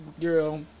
girl